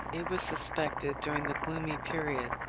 it was suspended during the gloomy period.